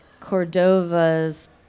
Cordova's